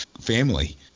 family